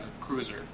cruiser